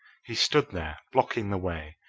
he stood there, blocking the way,